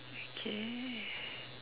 okay